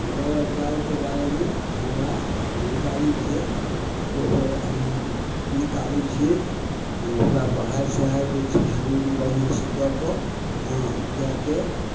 गवा गाइके बारेमे हमरा जानकारी छै गोबर हम निकालै छिए ओकरा बहारि सोहारि दै छिए झाड़ू उड़ू बढ़िआँसे दऽ कऽ हँ गाइके